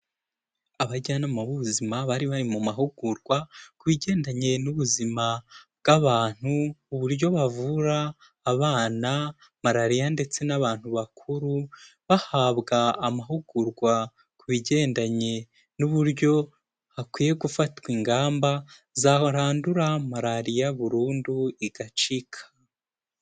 Abajyanama b'ubuzima bari bari mu mahugurwa, ku bigendanye n'ubuzima bw'abantu, uburyo bavura abana malariya ndetse n'abantu bakuru, bahabwa amahugurwa ku bigendanye n'uburyo hakwiye gufatwa ingamba zarandura malariya burundu igacika.